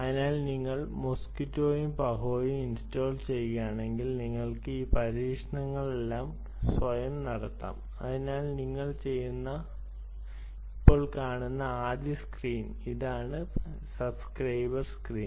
അതിനാൽ നിങ്ങൾ മോസ്ക്വിറ്റോയും പഹോയും ഇൻസ്റ്റാൾ ചെയ്യുകയാണെങ്കിൽ നിങ്ങൾക്ക് ഈ പരീക്ഷണങ്ങളെല്ലാം സ്വയം നടത്താം അതിനാൽ നിങ്ങൾ ഇപ്പോൾ കാണുന്ന ആദ്യ സ്ക്രീൻ ഇതാണ് സബ്സ്ക്രൈബർ സ്ക്രീൻ